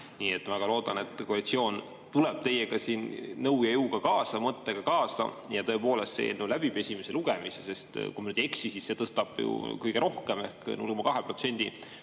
lüüa. Ma väga loodan, et koalitsioon tuleb teiega siin nõu ja jõuga kaasa, mõttega kaasa ja see eelnõu tõepoolest läbib esimese lugemise, sest kui ma nüüd ei eksi, siis see tõstab ju kõige rohkem ehk 0,2%